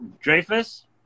Dreyfus